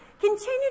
continue